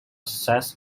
sex